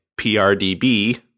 PRDB